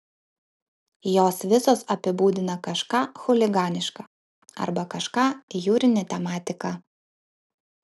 jos visos apibūdina kažką chuliganiška arba kažką jūrine tematika